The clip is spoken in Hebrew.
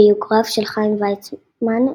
הביוגרף של חיים ויצמן,